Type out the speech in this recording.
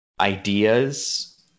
ideas